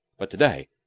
but to-day,